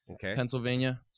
Pennsylvania